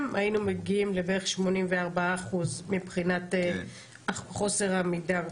היינו מגיעים בערך ל- 84% מבחינת חוסר העמידה.